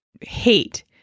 hate